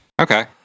Okay